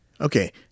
okay